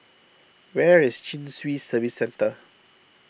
where is Chin Swee Service Centre